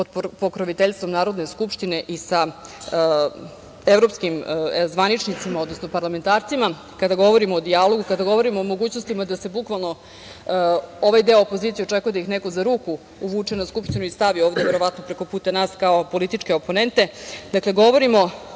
pod pokroviteljstvom Narodne skupštine i sa evropskim zvaničnicima, odnosno parlamentarcima, kada govorimo o dijalogu, kada govorimo o mogućnostima da se bukvalno od ovog dela opozicije očekuje da ih neko za ruku uvuče na Skupštinu i stavi ovde, verovatno preko puta nas, kao političke oponente,